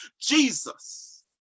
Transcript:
jesus